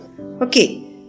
Okay